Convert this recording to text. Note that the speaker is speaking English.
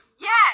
yes